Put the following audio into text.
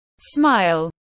smile